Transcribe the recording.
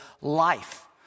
life